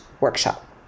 workshop